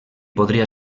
podria